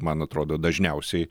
man atrodo dažniausiai